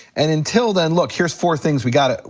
and until then, look, here's four things we gotta,